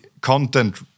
content